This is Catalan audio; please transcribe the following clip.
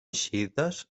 xiïtes